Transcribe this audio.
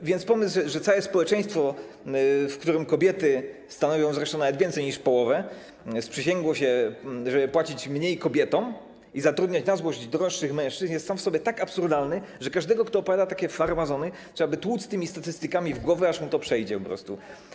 A więc pomysł, że całe społeczeństwo, w którym kobiety stanowią zresztą nawet więcej niż połowę, sprzysięgło się, żeby płacić mniej kobietom i zatrudniać na złość droższych mężczyzn, jest sam w sobie tak absurdalny, że każdego, kto opowiada takie farmazony, trzeba by tłuc tymi statystykami w głowę, aż mu to przejdzie po prostu.